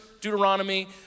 Deuteronomy